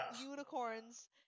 unicorns